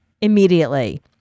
immediately